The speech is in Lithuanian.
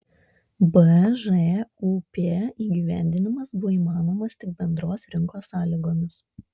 bžūp įgyvendinimas buvo įmanomas tik bendros rinkos sąlygomis